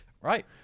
right